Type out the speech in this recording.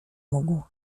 mógł